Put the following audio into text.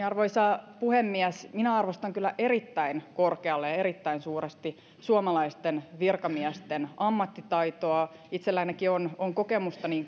arvoisa puhemies minä arvostan kyllä erittäin korkealle ja erittäin suuresti suomalaisten virkamiesten ammattitaitoa itsellänikin on on kokemusta niin